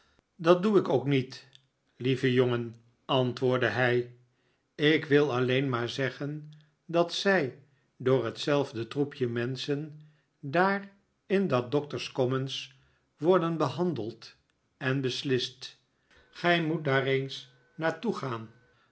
dat doe ik ook niet iieve jongen antwoordde hij ik wil alleen maar zeggen dat zij door hetzelfde troepje menschen daar in dat doctor's commons worden behandeld en beslist gij moet daar eens naar toe gaan